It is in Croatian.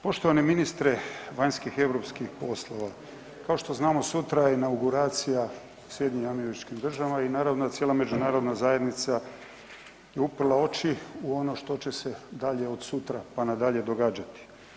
Poštovani ministre vanjskih i europskih poslova, kao što znamo sutra je inauguracija u SAD-u i naravno da cijela međunarodna zajednica je uprla oči u ono što će se dalje od sutra, pa na dalje događati.